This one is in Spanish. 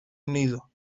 unido